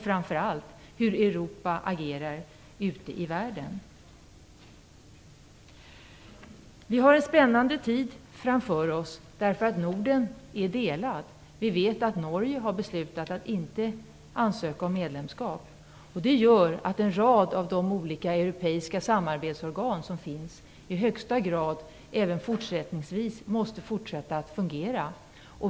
Framför allt gäller det hur Europa agerar ute i världen. Vi har en spännande tid framför oss på grund av att Norden är delat. Vi vet att Norge har beslutat att inte ansöka om medlemskap. Därför måste en rad av de europeiska samarbetsorgan som finns i högsta grad fortsätta att fungera.